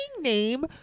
name